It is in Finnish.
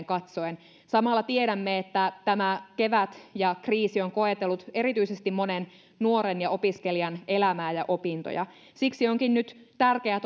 katsoen samalla tiedämme että tämä kevät ja kriisi on koetellut erityisesti monen nuoren ja opiskelijan elämää ja opintoja siksi onkin nyt tärkeää